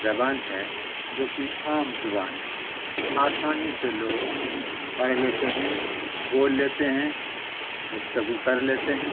زبان ہے جو کہ عام زبان ہے آسانی سے لوگ پڑھ لیتے ہیں بول لیتے ہیں گفتگو کر لیتے ہیں